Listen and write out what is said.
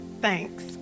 thanks